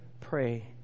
pray